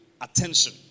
attention